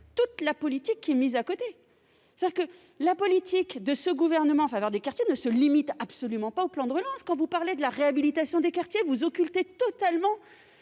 toute la politique qui est menée parallèlement. La politique du Gouvernement en faveur des quartiers ne se limite absolument pas au plan de relance ! Quand vous parlez de la réhabilitation des quartiers, vous occultez totalement